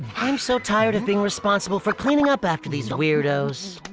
um so tired of being responsible for cleaning up after these weirdos!